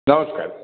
ନମସ୍କାର